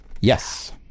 Yes